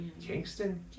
Kingston